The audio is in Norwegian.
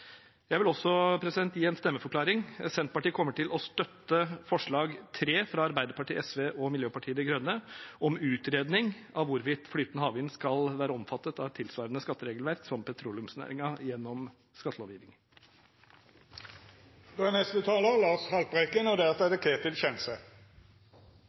Jeg vil også gi en stemmeforklaring. Senterpartiet kommer til å støtte forslag nr. 3, fra Arbeiderpartiet, SV og Miljøpartiet De Grønne, om utredning av hvorvidt flytende havvind skal være omfattet av et tilsvarende skatteregelverk som petroleumsnæringen gjennom